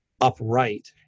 upright